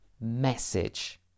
message